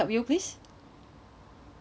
mm